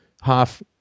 half